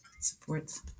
supports